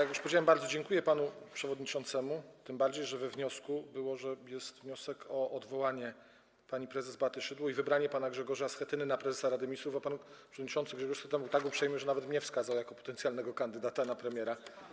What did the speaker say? Jak już powiedziałem, bardzo dziękuję panu przewodniczącemu, tym bardziej że we wniosku było, że jest wniosek o odwołanie pani prezes Beaty Szydło i wybranie pana Grzegorza Schetyny na prezesa Rady Ministrów, a pan przewodniczący Grzegorz Schetyna był tak uprzejmy, że nawet mnie wskazał jako potencjalnego kandydata na premiera.